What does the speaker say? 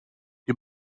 die